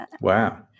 Wow